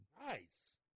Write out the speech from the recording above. Nice